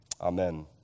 Amen